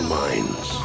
minds